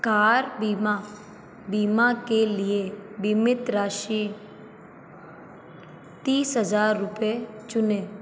car बीमा बीमा के लिए बीमित राशि तीस हज़ार रुपये चुनें